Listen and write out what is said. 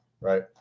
right